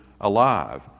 alive